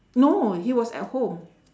no he was at home